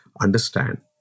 understand